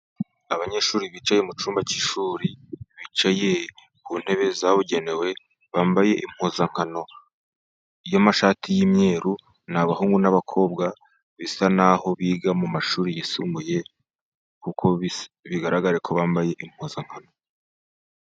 Abanyeshuri bicaye mu cyumba cy'ishuri, bicaye ku ntebe zabugenewe, bambaye impuzankano y'amashati y'imyeru, ni abahungu n'abakobwa bisa naho biga mu mashuri yisumbuye, kuko bigaragara ko bambaye impuzankano.